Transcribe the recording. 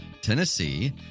Tennessee